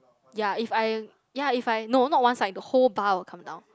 ya if I ya if I no not once like the whole bar will come down